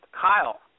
kyle